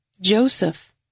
Joseph